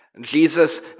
Jesus